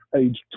age